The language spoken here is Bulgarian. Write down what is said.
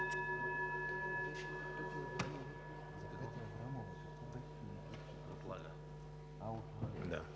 Да.